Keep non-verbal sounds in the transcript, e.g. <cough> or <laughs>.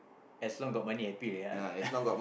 as long got money happy already ah <laughs>